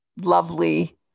lovely